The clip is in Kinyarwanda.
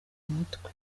mutwe